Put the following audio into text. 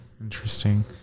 Interesting